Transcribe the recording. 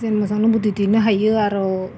जेन मोजांनो बिदै दैनो हायो आरो